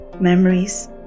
memories